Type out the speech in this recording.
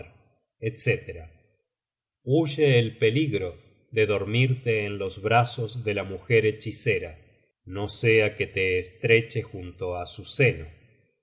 huye el peligro de dormirte en los brazos de la mujer hechicera no sea que te estreche junto á su seno